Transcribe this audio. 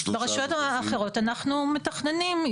ברשויות אחרות אנחנו מתכננים.